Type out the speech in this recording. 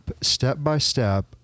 step-by-step